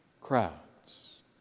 Crowds